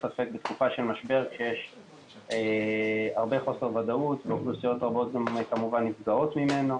יש הרבה חוסר וודאות ואוכלוסיות רבות נפגעות ממנו.